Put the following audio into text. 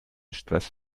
stress